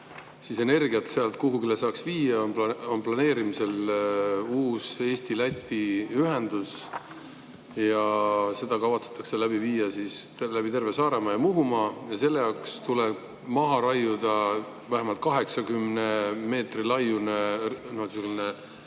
seda energiat sealt kuhugile saaks viia, on planeerimisel uus Eesti-Läti ühendus. Seda kavatsetakse viia läbi terve Saaremaa ja Muhumaa ja selleks tuleb [metsa] maha raiuda vähemalt 80 meetri laiune